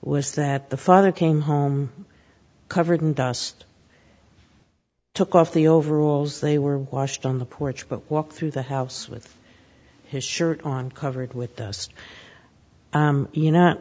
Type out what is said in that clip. was that the father came home covered in dust took off the overalls they were washed on the porch but walked through the house with his shirt on covered with dus